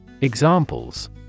Examples